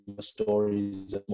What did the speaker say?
stories